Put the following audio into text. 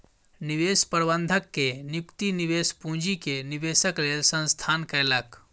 निवेश प्रबंधक के नियुक्ति निवेश पूंजी के निवेशक लेल संस्थान कयलक